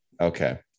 okay